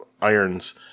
irons